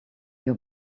your